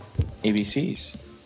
ABCs